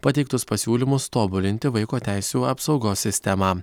pateiktus pasiūlymus tobulinti vaiko teisių apsaugos sistemą